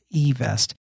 eVest